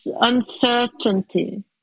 uncertainty